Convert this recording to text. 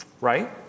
Right